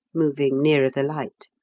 moving nearer the light.